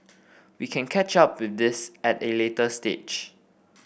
we can catch up with this at a later stage